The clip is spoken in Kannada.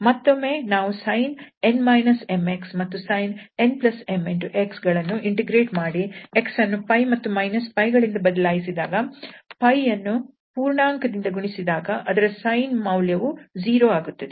ಮತ್ತೊಮ್ಮೆ ನಾವು sin𝑛 − 𝑚 𝑥 ಮತ್ತು sin𝑛 𝑚 𝑥 ಗಳನ್ನು ಇಂಟಿಗ್ರೇಟ್ ಮಾಡಿ 𝑥 ಅನ್ನು 𝜋 ಮತ್ತು −𝜋 ಗಳಿಂದ ಬದಲಾಯಿಸಿದಾಗ 𝜋 ಯನ್ನು ಪೂರ್ಣಾಂಕದಿಂದ ಗುಣಿಸಿದಾಗ ಅದರ sine ಮೌಲ್ಯವು 0 ಆಗುತ್ತದೆ